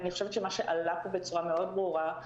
אני חושבת שמה שעלה פה בצורה מאוד ברורה,